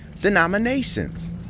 Denominations